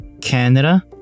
Canada